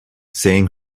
saying